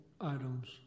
items